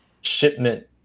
Shipment